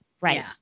right